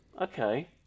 okay